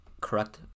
correct